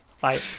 Bye